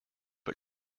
but